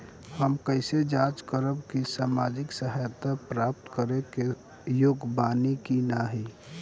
हम कइसे जांच करब कि सामाजिक सहायता प्राप्त करे के योग्य बानी की नाहीं?